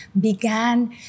began